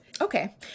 Okay